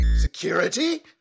Security